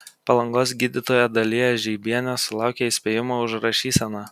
palangos gydytoja dalija žeibienė sulaukė įspėjimo už rašyseną